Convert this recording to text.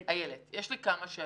יש לי כמה שאלות.